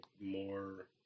more